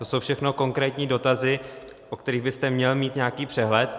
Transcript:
To jsou všechno konkrétní dotazy, o kterých byste měl mít nějaký přehled.